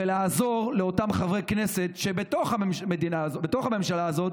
ולעזור לאותם חברי כנסת בתוך הממשלה הזאת